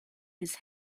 his